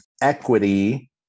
equity